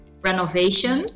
renovation